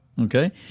Okay